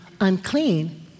unclean